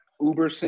uber